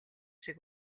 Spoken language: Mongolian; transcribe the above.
шиг